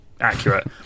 accurate